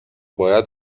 باید